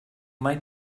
might